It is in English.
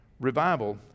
revival